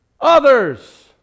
others